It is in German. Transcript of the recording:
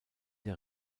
der